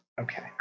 Okay